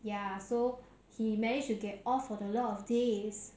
ya so he managed to get off for a lot of days